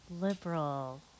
liberal